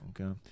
Okay